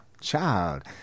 child